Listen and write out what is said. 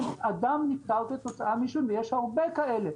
שאדם נפטר כתוצאה מעישון ויש הרבה כאלה.